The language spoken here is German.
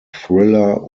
thriller